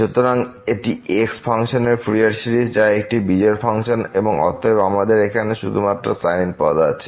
সুতরাং এটি x ফাংশনের ফুরিয়ার সিরিজ যা একটি বিজোড় ফাংশন এবং অতএব আমাদের এখানে শুধুমাত্র সাইন পদ আছে